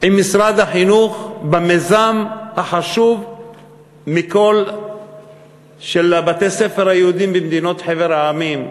עם משרד החינוך במיזם החשוב מכול של בתי-הספר היהודיים בחבר המדינות,